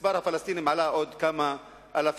מספר הפלסטינים עלה בעוד כמה אלפים.